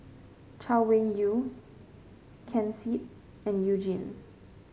Chay Weng Yew Ken Seet and You Jin